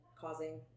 causing